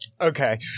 Okay